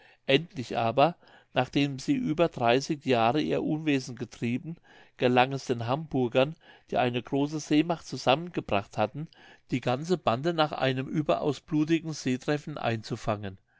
endlich aber nachdem sie über dreißig jahre ihr unwesen getrieben gelang es den hamburgern die eine große seemacht zusammengebracht hatten die ganze bande nach einem überaus blutigen seetreffen einzufangen